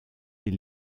les